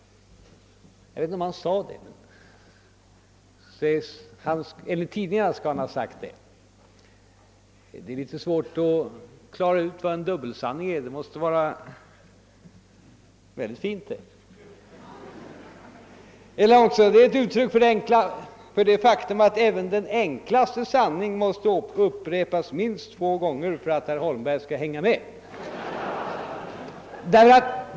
Jag vet inte om han sade detta men enligt tidningarna lär han ha uttalat sig så. Det är litet svårt att klara ut vad en dubbelsanning är men det måste vara någonting väldigt fint, eller också är det ett uttryck för det faktum att även den enklaste sanning måste upprepas minst två gånger för att herr Holmberg skall hänga med.